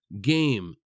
game